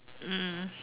mm mm